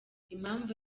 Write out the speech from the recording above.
impamvu